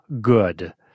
good